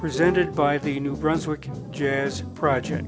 presented by the new brunswick jazz project